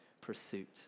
pursuit